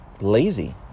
lazy